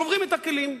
שוברים את הכלים.